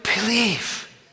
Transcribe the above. believe